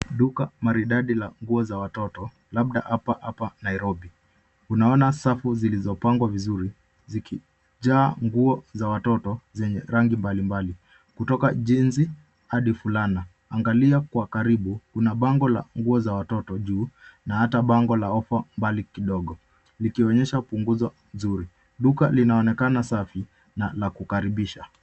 Duka maridadi la nguo za watoto, huenda liko hapa Nairobi. Kuna safu zilizopangwa vizuri, zimejaa nguo za watoto za rangi mbalimbali, kuanzia jezi hadi fulana. Ukiona kwa karibu, kuna bango la nguo za watoto juu na jingine dogo la ofa linaloonyesha punguzo zuri. Duka linaonekana safi na la kuvutia.